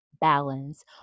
balance